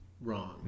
wrong